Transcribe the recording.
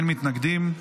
אין מתנגדים.